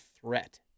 threat